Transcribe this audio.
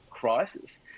Crisis